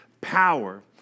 power